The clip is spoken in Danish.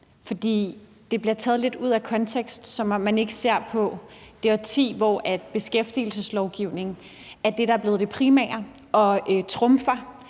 Det bliver taget lidt ud af kontekst, som om man ikke ser på det årti, hvor beskæftigelseslovgivningen er blevet det primære og trumfer